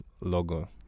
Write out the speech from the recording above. logo